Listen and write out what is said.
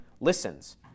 listens